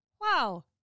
Wow